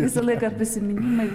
visą laiką prisiminimai